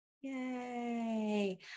Yay